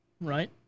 right